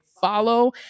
follow